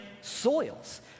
soils